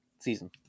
season